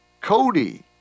cody